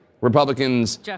Republicans